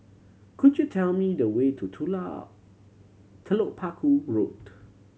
could you tell me the way to Telok Paku Road